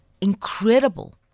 incredible